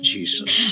Jesus